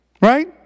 Right